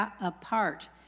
apart